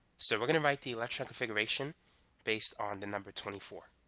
so we're gonna write the electron configuration based on the number twenty four